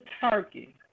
turkey